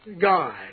God